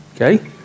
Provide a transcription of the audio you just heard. Okay